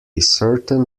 certain